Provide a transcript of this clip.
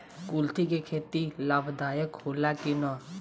कुलथी के खेती लाभदायक होला कि न?